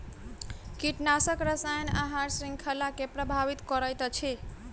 कीटनाशक रसायन आहार श्रृंखला के प्रभावित करैत अछि